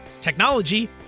technology